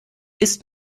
ist